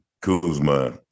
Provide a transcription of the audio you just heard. Kuzma